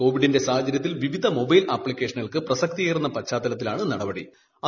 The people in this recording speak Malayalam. കോവിഡിന്റെ സാഹച്ചര്യത്തിൽ വിവിധ മൊബൈൽ ആപ്പിക്കേഷനുകൾക്ക് പ്രിസക്തിയേറുന്ന പശ്ചാത്തലത്തിലാണ് തീരുമാനം